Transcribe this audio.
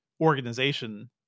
organization